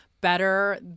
better